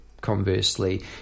conversely